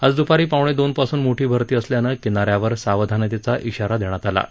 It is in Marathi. आज दुपारी पावणे दोन पासून मोठी भरती असल्यानं किनाऱ्यावर सावधानतेचा इशारा देण्यात आला आहे